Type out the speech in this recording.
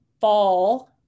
fall